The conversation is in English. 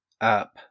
up